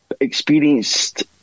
experienced